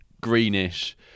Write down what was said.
greenish